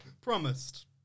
promised